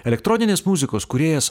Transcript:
elektroninės muzikos kūrėjas